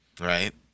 Right